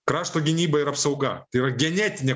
krašto gynyba ir apsauga tai yra genetinė